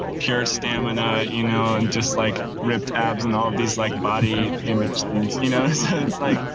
pure stamina, you know, and just like ripped abs and all of these like body image things, you know, so it's like,